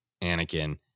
Anakin